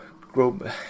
grow